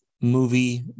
movie